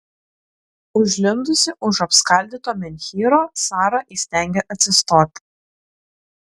užlindusi už apskaldyto menhyro sara įstengė atsistoti